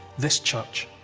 this church,